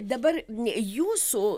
dabar ne jūsų